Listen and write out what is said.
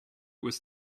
was